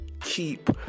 keep